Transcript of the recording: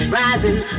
rising